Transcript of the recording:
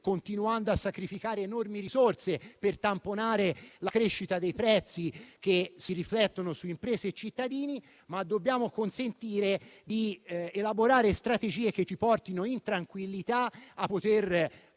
continuando a sacrificare enormi risorse per tamponare la crescita dei prezzi che si riflettono su imprese e cittadini, ma dobbiamo consentire di elaborare strategie che ci portino in tranquillità a